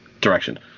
direction